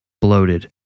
bloated